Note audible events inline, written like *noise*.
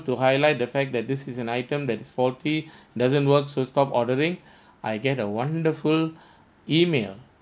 to highlight the fact that this is an item that is faulty *breath* doesn't work so stop ordering *breath* I get a wonderful *breath* email